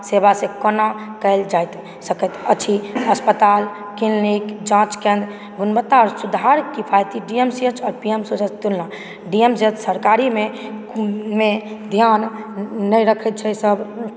सेवासँ कोना कयल जायत सकैत अछि अस्पताल क्लिनिक जाँच केन्द्र गुणवत्ता आओर सुधार किफायती डी एम सी एच आओर पी एम सी एच से तुलना डी एम सी एच सरकारीमे ध्यान नहि रखैत छै सभ